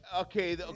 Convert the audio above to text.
Okay